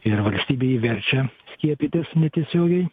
ir valstybė jį verčia skiepytis netiesiogiai